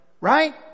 Right